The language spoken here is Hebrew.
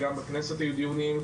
וגם בכנסת היו דיונים,